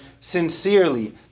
sincerely